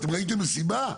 אתם ראיתם מסיבה?